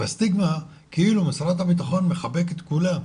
והסטיגמה כאילו משרד הבטחון מחבק את כולם.